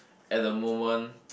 at the moment